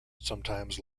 sometimes